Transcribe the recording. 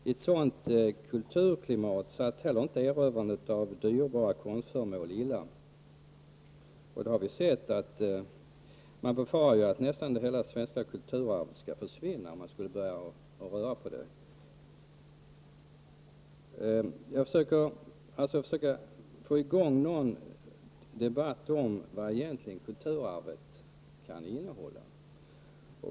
I ett sådant kulturklimat satt heller inte erövrandet av dyrbara konstföremål illa. Vi har hört att man befarar att nästan hela det svenska kulturarvet kommer att försvinna om man börjar röra det. Jag försöker alltså få i gång en debatt om vad kulturarvet egentligen kan innehålla.